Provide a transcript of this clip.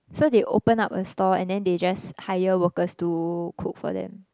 so they open up a store and then they just hire workers to cook for them